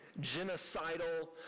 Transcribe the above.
genocidal